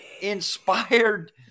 inspired